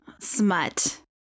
Smut